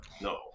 no